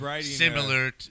similar